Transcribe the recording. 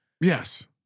Yes